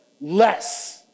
less